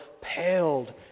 paled